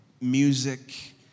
music